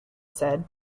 said